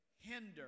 hinder